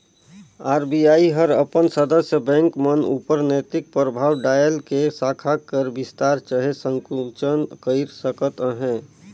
RBI हर अपन सदस्य बेंक मन उपर नैतिक परभाव डाएल के साखा कर बिस्तार चहे संकुचन कइर सकत अहे